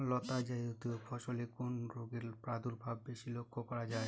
লতাজাতীয় ফসলে কোন রোগের প্রাদুর্ভাব বেশি লক্ষ্য করা যায়?